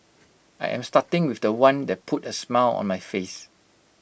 I am starting with The One that put A smile on my face